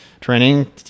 training